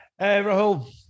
Rahul